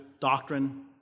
doctrine